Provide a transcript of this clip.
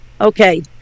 Okay